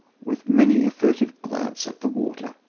with many a furtive glance at the water,